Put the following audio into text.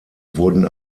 wurden